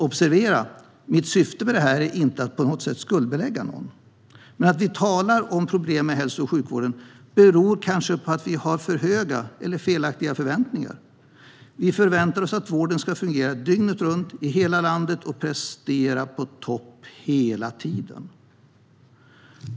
Observera att mitt syfte inte är att på något sätt skuldbelägga någon! Att vi talar om problem med hälso och sjukvården beror kanske på att vi har för höga eller felaktiga förväntningar. Vi förväntar oss att vården ska fungera dygnet runt i hela landet och prestera på topp hela tiden.